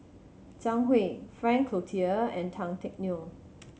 Zhang Hui Frank Cloutier and Tan Teck Neo